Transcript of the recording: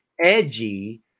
edgy